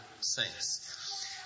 saints